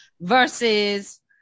versus